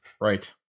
Right